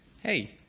hey